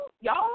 y'all